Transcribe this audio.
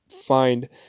find